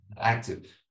active